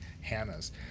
Hannah's